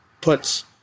puts